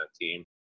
team